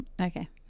okay